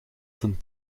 ten